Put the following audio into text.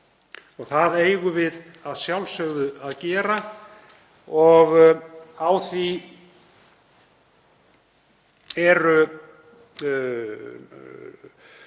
Það eigum við að sjálfsögðu að gera og á þessu